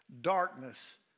darkness